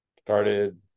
started